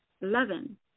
eleven